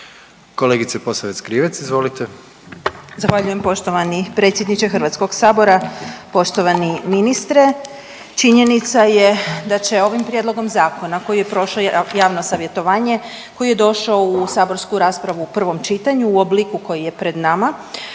Krivec, Ivana (Socijaldemokrati)** Zahvaljujem poštovani predsjedniče HS-a. Poštovani ministre. Činjenica je da će ovim prijedlogom zakona koji je prošao javno savjetovanje, koji je došao u saborsku raspravu u prvom čitanju u obliku koji je pred nama